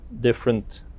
different